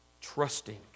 trusting